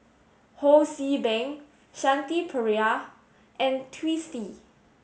Ho See Beng Shanti Pereira and Twisstii